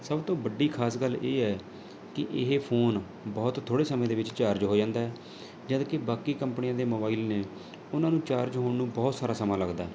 ਸਭ ਤੋਂ ਵੱਡੀ ਖਾਸ ਗੱਲ ਇਹ ਹੈ ਕਿ ਇਹ ਫ਼ੋਨ ਬਹੁਤ ਥੋੜ੍ਹੇ ਸਮੇਂ ਦੇ ਵਿੱਚ ਚਾਰਜ ਹੋ ਜਾਂਦਾ ਜਦ ਕਿ ਬਾਕੀ ਕੰਪਨੀਆਂ ਦੇ ਮੋਬਾਈਲ ਨੇ ਉਹਨਾਂ ਨੂੰ ਚਾਰਜ ਹੋਣ ਨੂੰ ਬਹੁਤ ਸਾਰਾ ਸਮਾਂ ਲੱਗਦਾ ਹੈ